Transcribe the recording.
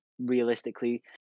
realistically